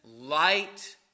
Light